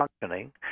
functioning